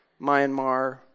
Myanmar